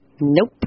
Nope